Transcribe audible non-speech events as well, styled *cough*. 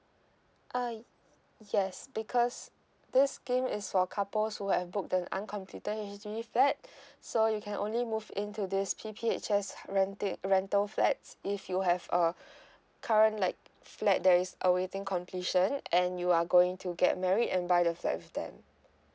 ah yes because this scheme is for couples who have booked an uncompleted H_D_B flat *breath* so you can only move into this P_P_H_S rentic rental flats if you have a *breath* current like flat that is awaiting completion and you are going to get married and buy the flat with them